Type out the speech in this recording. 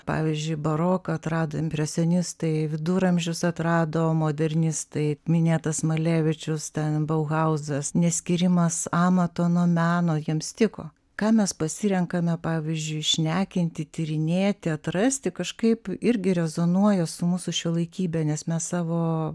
pavyzdžiui baroką atrado impresionistai viduramžius atrado modernistai minėtas malevičius ten bauhauzas neskyrimas amato nuo meno jiems tiko ką mes pasirenkame pavyzdžiui šnekinti tyrinėti atrasti kažkaip irgi rezonuoja su mūsų šiuolaikybe nes mes savo